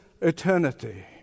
eternity